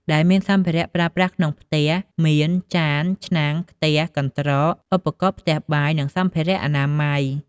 ដែលមានសម្ភារៈប្រើប្រាស់ក្នុងផ្ទះ មានចាន ឆ្នាំង ខ្ទះ កន្ត្រក ឧបករណ៍ផ្ទះបាយ និងសម្ភារៈអនាម័យ។